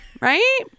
right